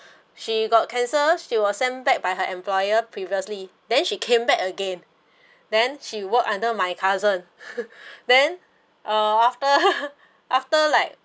she got cancer she was sent back by her employer previously then she came back again then she work under my cousin then uh after after like